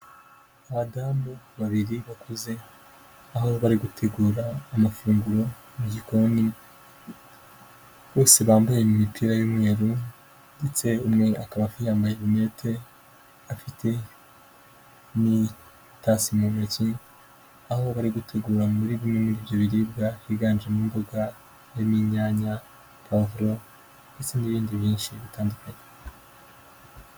Abadamu babiri bakuze aho bari gutegura amafunguro mu gikoni, bose bambaye imipira y'umweru ndetse umwe akaba yambaye rinete afite n'itasi mu ntoki. Aho bari gutegura muri bimwe muri ibyo biribwa higanjemo imboga, harimo inyanya, pavuro ndetse n'ibindi byinshi bitandukanye.